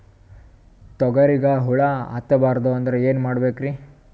ತೊಗರಿಗ ಹುಳ ಹತ್ತಬಾರದು ಅಂದ್ರ ಏನ್ ಮಾಡಬೇಕ್ರಿ?